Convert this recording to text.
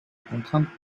contrainte